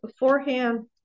beforehand